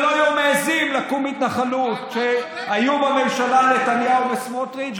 שלא היו מעיזים להקים התנחלות כשהיו בממשלה נתניהו וסמוטריץ',